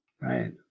Right